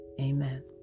Amen